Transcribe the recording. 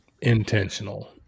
intentional